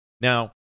Now